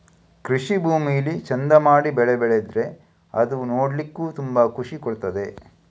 ಕೃಷಿ ಭೂಮಿಲಿ ಚಂದ ಮಾಡಿ ಬೆಳೆ ಬೆಳೆದ್ರೆ ಅದು ನೋಡ್ಲಿಕ್ಕೂ ತುಂಬಾ ಖುಷಿ ಕೊಡ್ತದೆ